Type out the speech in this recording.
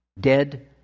dead